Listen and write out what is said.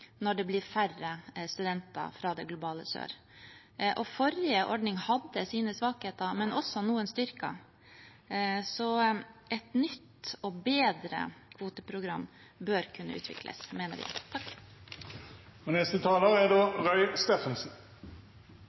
når det blir færre studenter fra det globale sør. Forrige ordning hadde sine svakheter, men også noen styrker, så et nytt og bedre kvoteprogram bør kunne utvikles, mener vi. Til det siste, som handlet om studentboliger, er